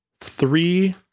three